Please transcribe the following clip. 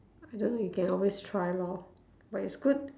I don't know you can always try lor but it's good